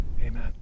amen